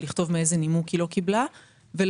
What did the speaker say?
לכתוב מאיזה נימוק היא לא קיבלה ולקוות,